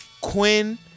Quinn